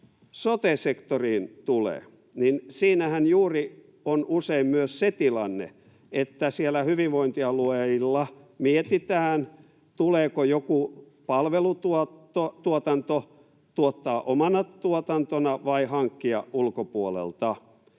sote-sektoriin tulee, niin siinähän juuri on usein myös se tilanne, että siellä hyvinvointialueilla mietitään, tuleeko joku palvelutuotanto tuottaa omana tuotantona vai hankkia ulkopuolelta.